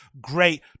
Great